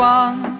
one